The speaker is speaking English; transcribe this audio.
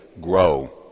grow